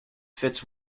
fits